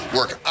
work